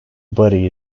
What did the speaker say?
body